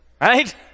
Right